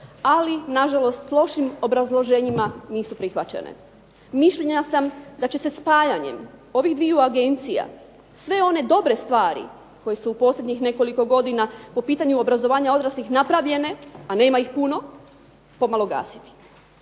ali nažalost s lošim obrazloženjima nisu prihvaćene. Mišljenja sam da će se spajanjem ovih dviju agencija sve one dobre stvari koje su u posljednjih nekoliko godina po pitanju obrazovanja odraslih napravljene a nema ih puno pomalo gasiti.